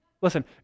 Listen